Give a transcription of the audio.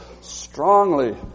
strongly